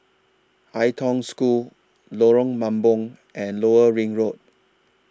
Ai Tong School Lorong Mambong and Lower Ring Road